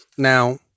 Now